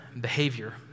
behavior